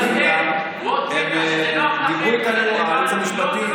הדיונים, דיברו איתנו, הייעוץ המשפטי,